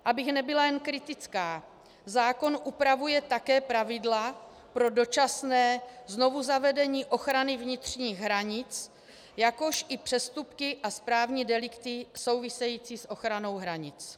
Abych nebyla jen kritická, zákon upravuje také pravidla pro dočasné znovuzavedení ochrany vnitřních hranic, jakož i přestupky a správní delikty související s ochranou hranic.